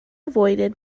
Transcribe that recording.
avoided